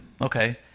okay